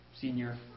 senior